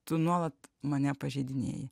tu nuolat mane pažeidinėji